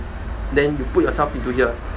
then you put yourself into here